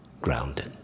grounded